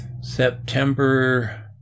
September